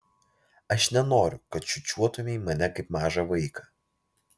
aš nenoriu kad čiūčiuotumei mane kaip mažą vaiką